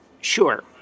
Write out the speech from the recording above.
Sure